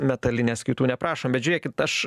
metalines kitų neprašom bet žiūrėkit aš